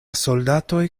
soldatoj